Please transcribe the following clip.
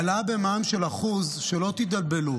העלאה של 1% במע"מ, שלא תתבלבלו,